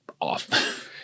off